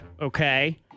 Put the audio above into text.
Okay